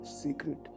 Secret